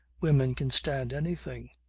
women can stand anything.